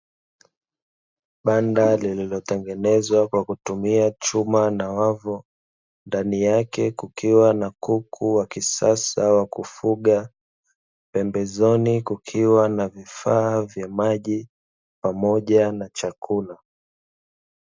Banda lililotengenezwa kwa kutumia chuma na wavu ndani yake kukiwa na kuku wa kisasa wa kufuga, pembezoni kukiwa na vifaa vya maji pamoja na chakula.